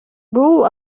бул